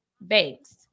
Banks